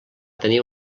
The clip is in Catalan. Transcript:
tenir